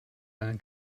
meinen